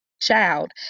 child